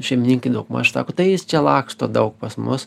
šeimininkai daugmaž sako tai jis čia laksto daug pas mus